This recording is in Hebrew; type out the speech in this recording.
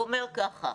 הוא אומר ככה: